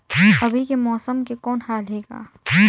अभी के मौसम के कौन हाल हे ग?